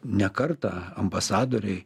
ne kartą ambasadoriai